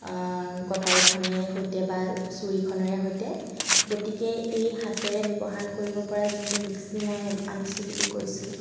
কটাৰীখনেৰে সৈতে বা ছুৰীখনেৰে সৈতে গতিকে এই হাতেৰে ব্যৱহাৰ কৰিব পৰা যোনটো মিক্সি মই আনিছোঁ বুলি কৈছোঁ